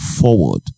forward